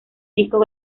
discos